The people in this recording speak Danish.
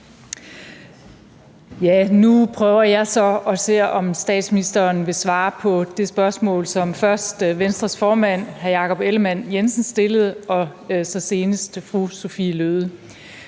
Nu prøver jeg så at se, om statsministeren vil svare på det spørgsmål, som først Venstres formand, hr. Jakob Ellemann-Jensen, stillede, og som senest fru Sophie Løhde